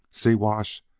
siwash,